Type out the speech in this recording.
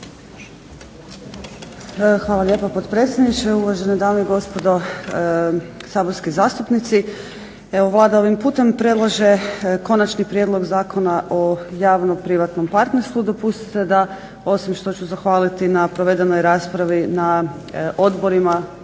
Hvala lijepo potpredsjedniče, uvažene dame i gospodo saborski zastupnici. Evo Vlada ovim putem predlaže Konačni prijedlog zakona o javno-privatnom partnerstvu. Dopustite da osim što ću zahvaliti na provedenoj raspravi na odborima